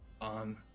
on